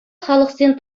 халӑхсен